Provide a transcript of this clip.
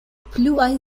pluaj